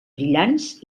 brillants